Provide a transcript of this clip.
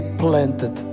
planted